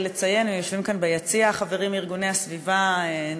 יושבים כאן ביציע חברים מארגוני הסביבה,